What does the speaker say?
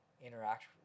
interact